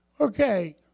Okay